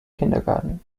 kindergarten